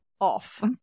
off